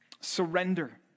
Surrender